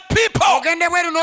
people